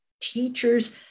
teachers